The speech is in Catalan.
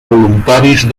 voluntaris